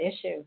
issue